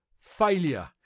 failure